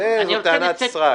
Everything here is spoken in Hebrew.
זאת טענת סרק.